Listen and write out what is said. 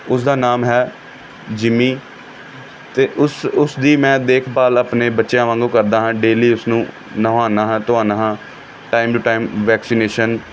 ਉਸਦਾ ਨਾਮ ਹੈ ਜਿੰਮੀ ਅਤੇ ਉਸ ਉਸਦੀ ਮੈਂ ਦੇਖਭਾਲ ਆਪਣੇ ਬੱਚਿਆਂ ਵਾਂਗੂੰ ਕਰਦਾ ਹਾਂ ਡੇਲੀ ਉਸਨੂੰ ਨਹਾਉਂਦਾ ਹਾਂ ਧੁਆਉਂਦਾ ਹਾਂ ਟਾਈਮ ਟੂ ਟਾਈਮ ਵੈਕਸੀਨੇਸ਼ਨ